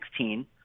2016